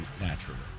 naturally